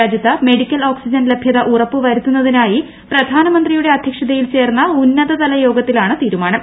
രാജ്യത്ത് medical oxygen ലഭൃത ഉറപ്പുവരുത്തുന്നതിനായി പ്രധാനമന്ത്രിയുടെ അധ്യക്ഷതയിൽ ചേർന്ന ഉന്നതതല യോഗത്തിലാണ് തീരുമാനം